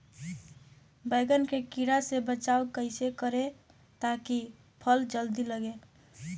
बैंगन के कीड़ा से बचाव कैसे करे ता की फल जल्दी लगे?